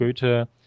Goethe